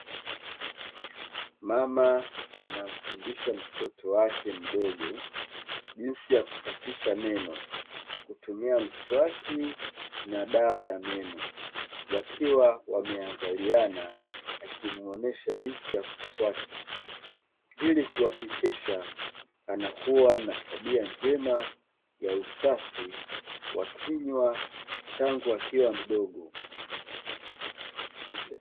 Mama anamfundisha mtoto wake mdogo jinsi ya kusafisha meno kutumia mswaki na dawa ya meno wakiwa wameangaliana na akimuonyesha jinsi ya kuswaki ili kuhakikisha anakuwa na tabia njema ya usafi wakinywa tangu akiwa mdogo